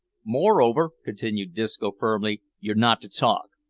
moreover, continued disco, firmly, you're not to talk.